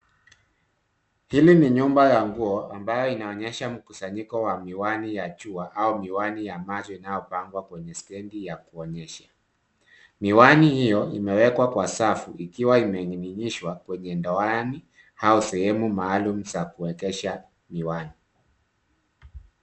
Hili ni nyumba ya nguo ambayo inaonyesha mkusanyiko wa miwani ya jua au miwani ya macho inayopangwa kwenye stendi ya kuonyesha. Miwani hiyo imewekwa kwa safu ikiwa imening'inishwa kwenye ndoani au sehemu maalum za kuegesha miwani.